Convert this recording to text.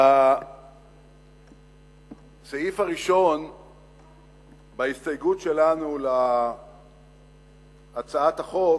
בסעיף הראשון בהסתייגות שלנו להצעת החוק